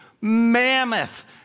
mammoth